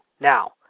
Now